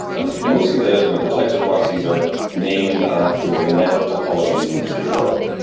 and mostly the the types of proxies are named after the network topologies in which they work.